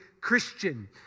Christian